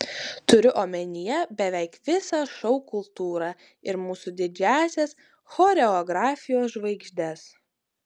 turiu omenyje beveik visą šou kultūrą ir mūsų didžiąsias choreografijos žvaigždes